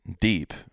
deep